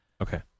Okay